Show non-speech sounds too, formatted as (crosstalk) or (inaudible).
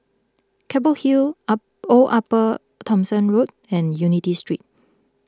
Keppel Hill (unintelligible) Old Upper Thomson Road and Unity Street